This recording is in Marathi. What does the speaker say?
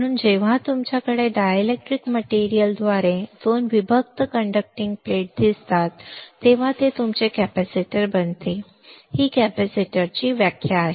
म्हणून जेव्हा तुमच्याकडे डायलेक्ट्रिक मटेरियलद्वारे विभक्त 2 कंडक्टिंग प्लेट असते तेव्हा ते तुमचे कॅपेसिटर बनते ही कॅपेसिटरची व्याख्या आहे